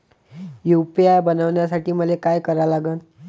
UPI बनवासाठी मले काय करा लागन?